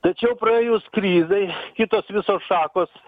tačiau praėjus krizei kitos visos šakos